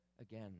again